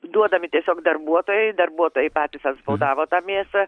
duodami tiesiog darbuotojai darbuotojai patys antspaudavo tą mėsą